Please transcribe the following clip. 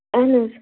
اَہَن حظ